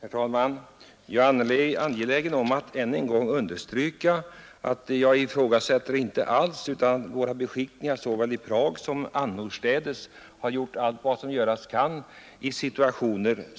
Herr talman! Jag är angelägen om att än en gång understryka att jag givetvis inte ifrågasätter att våra beskickningar, såväl i Prag som annorstädes, har gjort allt som kunnat göras i uppkomna situationer.